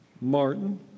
Martin